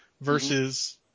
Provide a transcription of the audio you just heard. versus